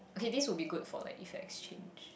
okay this would be good for like effects change